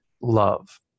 love